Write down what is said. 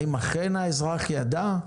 האם אכן האזרח ידע?